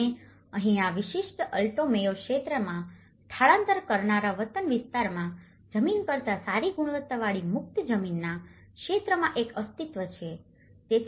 અને અહીં આ વિશેષ અલ્ટો મેયો ક્ષેત્રમાં સ્થળાંતર કરનારના વતન વિસ્તારમાં જમીન કરતાં સારી ગુણવત્તાની મુક્ત જમીનના ક્ષેત્રમાં એક અસ્તિત્વ છે